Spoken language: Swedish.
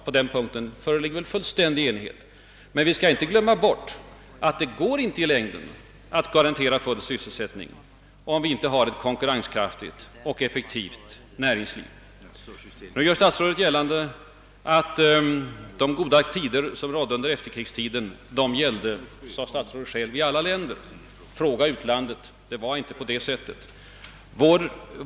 På den punkten föreligger fullständig enighet. Men vi skall inte glömma bort att det inte går att i längden garantera full sysselsättning, om vi inte har ett konkurrenskraftigt och effektivt näringsliv. Statsrådet gjorde gällande att det förelåg gynnsamma betingelser under efterkrigstiden i alla länder. Fråga utlandet! Det var inte på det sättet.